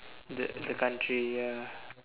the the country ya